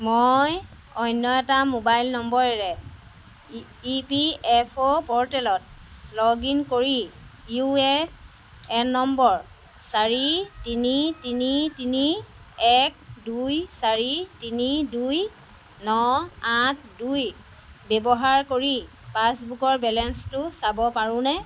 মই অন্য এটা মোবাইল নম্বৰেৰে ই পি এফ অ' প'ৰ্টেলত লগ ইন কৰি ইউ এ এন নম্বৰ চাৰি তিনি তিনি এক দুই চাৰি তিনি দুই ন আঠ দুই ব্যৱহাৰ কৰি পাছবুকৰ বেলেঞ্চটো চাব পাৰোঁনে